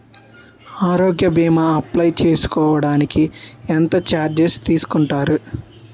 ఆరోగ్య భీమా అప్లయ్ చేసుకోడానికి ఎంత చార్జెస్ తీసుకుంటారు?